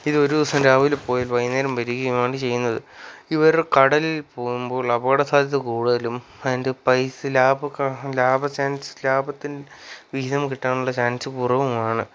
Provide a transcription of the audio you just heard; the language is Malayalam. ഇത് ഒരു ദിവസം രാവിലെ പോയാൽ വൈകുന്നേരം വരികയുമാണ് ചെയ്യുന്നത് ഇവര് കടലിൽ പോകുമ്പോൾ അപകടസാധ്യത കൂടുതലും അതിൻ്റെ പൈസ ലാഭത്തിൻറെ വിഹിതം കിട്ടാനുള്ള ചാൻസ് കുറവുമാണ്